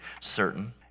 certain